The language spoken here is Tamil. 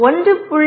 1